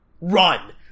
Run